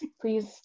please